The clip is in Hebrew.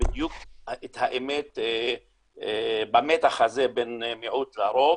בדיוק את האמת במתח הזה בין מיעוט לרוב